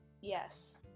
Yes